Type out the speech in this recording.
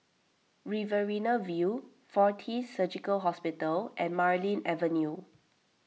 Riverina View fortis Surgical Hospital and Marlene Avenue